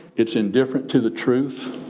it's indifferent to the truth,